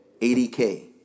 80K